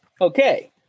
Okay